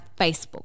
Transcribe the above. Facebook